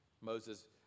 Moses